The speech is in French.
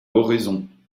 oraison